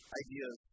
ideas